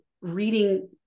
reading